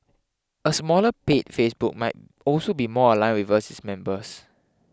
a smaller paid Facebook might also be more aligned with us its members